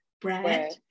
bread